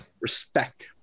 respect